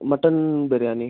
mutton biryani